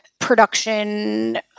production